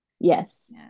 Yes